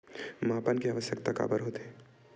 मापन के आवश्कता काबर होथे?